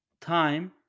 time